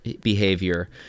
behavior